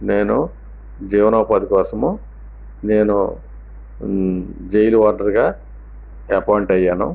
నేను జీవన ఉపాధి కోసము నేను జైలు వార్డెన్గా అపాయింట్ అయ్యాను